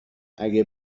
اگه